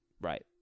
Right